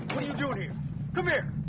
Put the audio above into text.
what are you doing here?